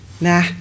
nah